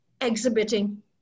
exhibiting